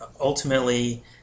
Ultimately